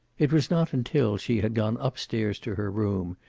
it was not until she had gone up-stairs to her room,